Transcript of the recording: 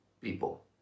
people